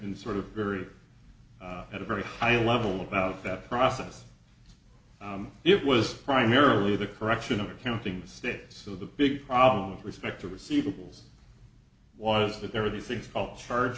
in sort of very at a very high level about that process it was primarily the correction of accounting mistake so the big problem with respect to receivables was that there were these things all charge